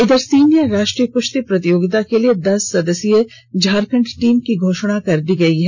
इधर सीनियर राष्ट्रीय कृश्ती प्रतियोगिता के लिए दस सदस्यीय झारखंड टीम की घोषणा कर दी गई है